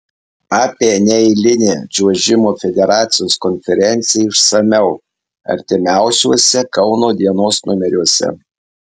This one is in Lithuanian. apie neeilinę čiuožimo federacijos konferenciją išsamiau artimiausiuose kauno dienos numeriuose